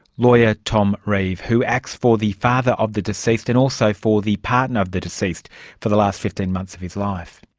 lawyer tom reeve, who acts for the father of the deceased and also for the partner of the deceased for the last fifteen months of his life.